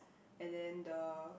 and then the